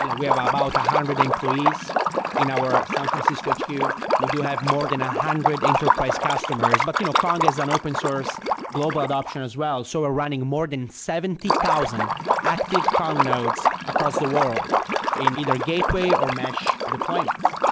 you know we have ah about a hundred employees in our san francisco hq. we do have more than a hundred enterprise customers, but you know kong has an open source global adaption as well. so we're running more than seventy thousand active kong nodes across the world in either gateway or mesh deployments.